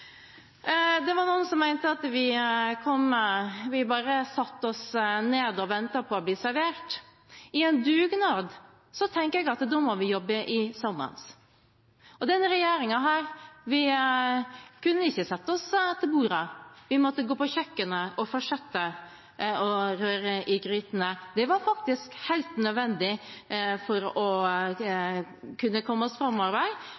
Det var noen som mente at vi bare satte oss ned og ventet på å bli servert. I en dugnad tenker jeg at vi må jobbe sammen, og denne regjeringen kunne ikke sette seg til bordet, vi måtte gå på kjøkkenet og fortsette å røre i grytene. Det var faktisk helt nødvendig for å